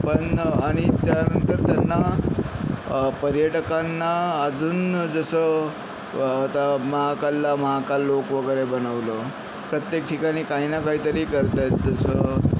पण आणि त्यानंतर त्यांना पर्यटकांना अजून जसं आता महाकालला महाकाल लोक वगैरे बनवलं प्रत्येक ठिकाणी काही ना काही तरी करत आहेत जसं